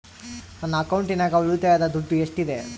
ನನ್ನ ಅಕೌಂಟಿನಾಗ ಉಳಿತಾಯದ ದುಡ್ಡು ಎಷ್ಟಿದೆ?